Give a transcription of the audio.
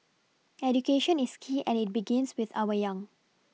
education is key and it begins with our young